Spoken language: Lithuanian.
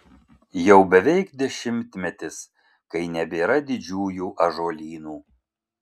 jau beveik dešimtmetis kai nebėra didžiųjų ąžuolynų